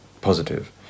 positive